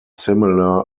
similar